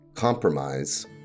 Compromise